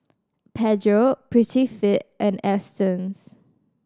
Pedro Prettyfit and Astons